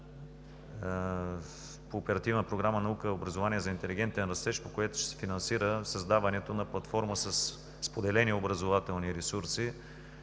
по Оперативна програма „Наука, образование за интелигентен растеж“, по която ще се финансира създаването на платформа със споделени образователни ресурси,